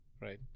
right